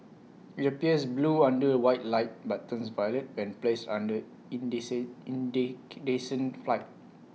IT appears blue under white light but turns violet when placed under descent flighting